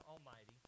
Almighty